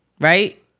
right